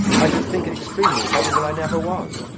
i should think it extremely probable i never was,